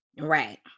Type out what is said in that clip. Right